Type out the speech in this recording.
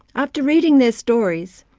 after reading their stories,